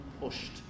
pushed